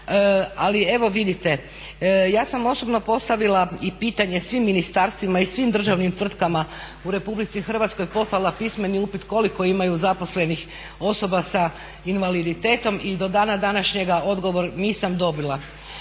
Ali evo vidite, ja sam osobno postavila i pitanje svim ministarstvima i svim državnim tvrtkama u Republici Hrvatskoj poslala pismeni upit koliko imaju zaposlenih osoba sa invaliditetom i do dana današnjega odgovor nisam dobila.